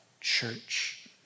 church